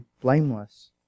blameless